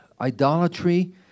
idolatry